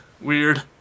weird